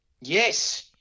Yes